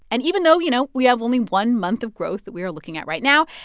and even though, you know, we have only one month of growth that we are looking at right now,